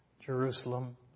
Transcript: Jerusalem